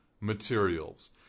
materials